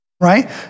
right